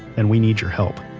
and we need your help.